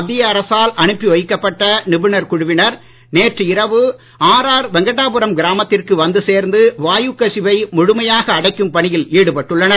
மத்திய அரசால் அனுப்பி வைக்கப்பட்ட நிபுணர் குழுவினர் நேற்று இரவு ஆர்ஆர் வெங்கடாபுரம் கிராமத்திற்கு வந்து சேர்ந்து வாயுக் கசிவை முழுமையாக அடைக்கும் பணியில் ஈடுபட்டுள்ளனர்